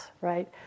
right